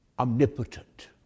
omnipotent